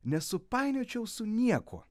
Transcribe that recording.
nesupainiočiau su niekuo